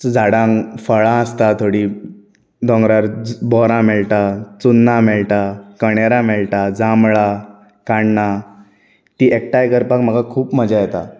झाडांक फळां आसतात थोडीं दोंगरार बोरां मेळटा चुन्ना मेळटा कणेरां मेळटा जामळां काण्णां तीं एकठांय करपाक म्हाका खूब मजा येता